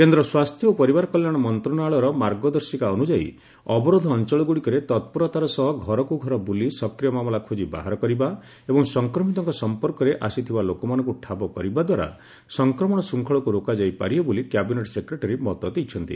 କେନ୍ଦ୍ର ସ୍ୱାସ୍ଥ୍ୟ ଓ ପରିବାର କଲ୍ୟାଣ ମନ୍ତ୍ରଣାଳୟର ମାର୍ଗଦର୍ଶିକା ଅନ୍ୟାୟୀ ଅବରୋଧ ଅଞ୍ଚଳଗୁଡ଼ିକରେ ତତ୍ପରତାର ସହ ଘରକୁ ଘର ବୁଲି ସକ୍ରିୟ ମାମଲା ଖୋଜି ବାହାର କରିବା ଏବଂ ସଂକ୍ରମିତଙ୍କ ସମ୍ପର୍କରେ ଆସିଥିବା ଲୋକମାନଙ୍କୁ ଠାବ କରିବାଦ୍ୱାରା ସଂକ୍ରମଣ ଶୃଙ୍ଖଳକୁ ରୋକାଯାଇପାରିବ ବୋଲି କ୍ୟାବିନେଟ୍ ସେକ୍ରେଟାରୀ ମତ ଦେଇଛନ୍ତି